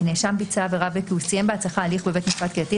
כי נאשם ביצע עבירה וכי הוא סיים בהצלחה הליך בבית משפט קהילת,